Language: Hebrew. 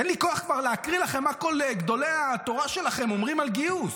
כבר אין לי כוח להקריא לכם מה כל גדולי התורה שלכם אומרים על גיוס: